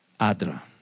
Adra